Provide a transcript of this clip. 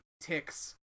ticks